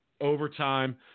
Overtime